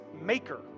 maker